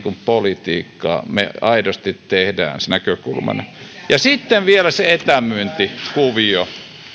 politiikkaa me aidosti tehdään se näkökulmana ja sitten vielä se etämyyntikuvio